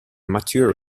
mature